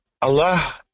Allah